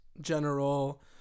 general